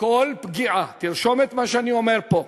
כל פגיעה, תרשום את מה שאני אומר פה,